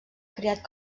creat